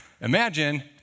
Imagine